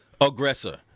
aggressor